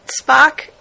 Spock